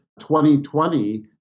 2020